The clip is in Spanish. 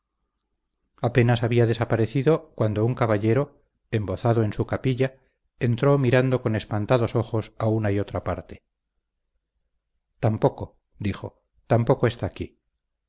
apenas había desaparecido cuando un caballero embozado en su capilla entró mirando con espantados ojos a una y otra parte tampoco dijo tampoco está aquí